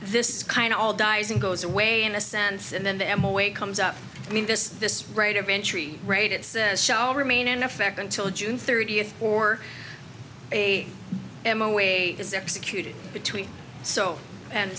this kind all dies and goes away in a sense and then the m away comes up i mean this this right of entry right it says shall remain in effect until june thirtieth or a m away is executed between so and